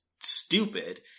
stupid